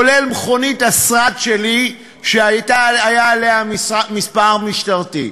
כולל מכונית השרד שלי שהיה עליה מספר משטרתי,